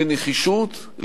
בנחישות,